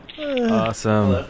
Awesome